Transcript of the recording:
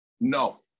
no